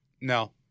No